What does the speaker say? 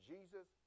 Jesus